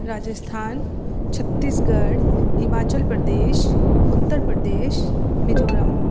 Rajasthan Chhattisgarh Himachal Pradesh Uttar Pradesh Mizoram